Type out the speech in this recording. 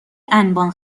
انبان